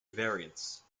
variants